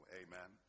amen